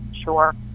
sure